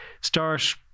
start